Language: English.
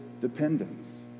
dependence